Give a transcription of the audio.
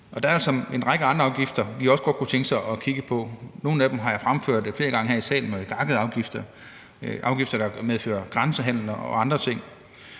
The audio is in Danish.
Der er også en række andre afgifter, vi også godt kunne tænke os at se på. Nogle af dem har jeg fremført flere gange i salen og kaldt for gakkede afgifter – afgifter, der medfører grænsehandel og andre ting.